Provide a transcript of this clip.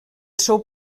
seu